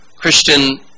Christian